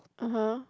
(uh huh)